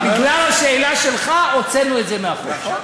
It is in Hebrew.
בגלל השאלה שלך הוצאנו את זה מהחוק.